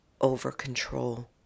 over-control